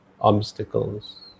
obstacles